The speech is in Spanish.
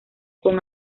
con